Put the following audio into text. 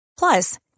Plus